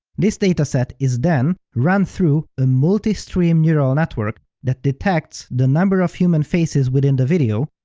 this dataset is then run through a multi-stream neural network that detects the number of human faces within the video,